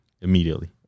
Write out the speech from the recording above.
Immediately